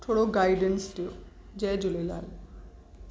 थोरो गाइडेंस ॾियो जय झूलेलाल